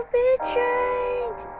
betrayed